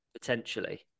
potentially